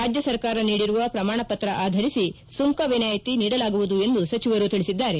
ರಾಜ್ಯ ಸರ್ಕಾರ ನೀಡಿರುವ ಪ್ರಮಾಣ ಪತ್ರ ಆಧರಿಸಿ ಸುಂಕ ವಿನಾಯಿತಿ ನೀಡಲಾಗುವುದು ಎಂದು ಸಚಿವರು ತಿಳಿಸಿದ್ದಾರೆ